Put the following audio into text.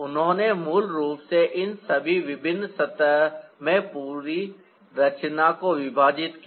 उन्होंने मूल रूप से इन सभी विभिन्न सतह में पूरी रचना को विभाजित किया